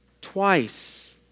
Twice